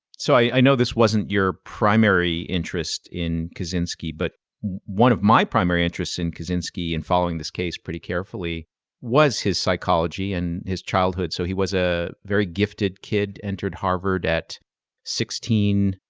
so i know this wasn't your primary interest in kaczynski, but one of my primary interests in kaczynski in following this case pretty carefully was his psychology and his childhood. so he was a very gifted kid, entered harvard at sixteen,